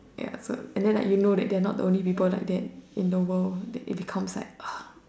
ya so and then like you know that they are not the only people like that in the world then it becomes like